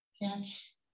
Yes